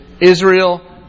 Israel